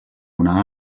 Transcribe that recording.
una